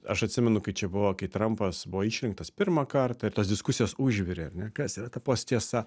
aš atsimenu kai čia buvo kai trampas buvo išrinktas pirmą kartą ir tos diskusijos užvirė ar ne kas yra ta posttiesa